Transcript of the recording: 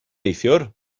neithiwr